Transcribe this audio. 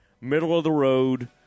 middle-of-the-road